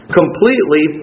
completely